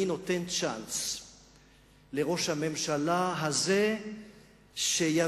אני נותן צ'אנס לראש הממשלה הזה שיבין